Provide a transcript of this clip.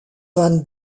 van